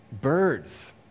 birds